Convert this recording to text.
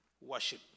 worship